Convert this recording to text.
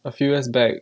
a few years back